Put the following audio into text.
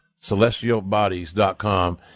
Celestialbodies.com